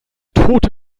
tote